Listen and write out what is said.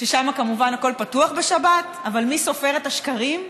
ששם כמובן הכול פתוח בשבת, אבל מי סופר את השקרים.